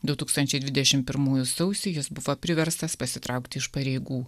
du tūkstančiai dvidešim pirmųjų sausį jis buvo priverstas pasitraukti iš pareigų